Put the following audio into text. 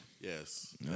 Yes